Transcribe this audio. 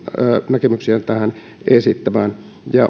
näkemyksiään tähän esittämään